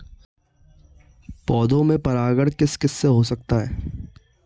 पौधों में परागण किस किससे हो सकता है?